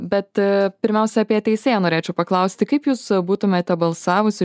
bet pirmiausia apie teisėją norėčiau paklausti kaip jūs būtumėte balsavusi